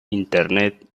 internet